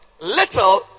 Little